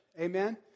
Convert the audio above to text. Amen